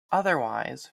otherwise